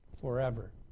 Forever